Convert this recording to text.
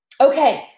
Okay